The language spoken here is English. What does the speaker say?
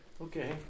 Okay